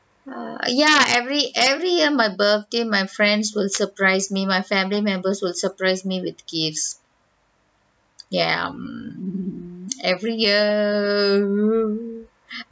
err yeah every every year my birthday my friends will surprise me my family members will surprise me with gifts ya mm every year